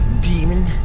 demon